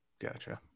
Gotcha